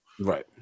Right